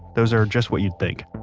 those are just what you'd think.